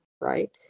right